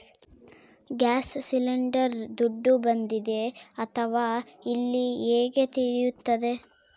Gas cylinder ದುಡ್ಡು ಬಂದಿದೆ ಅಥವಾ ಇಲ್ಲ ಹೇಗೆ ತಿಳಿಯುತ್ತದೆ?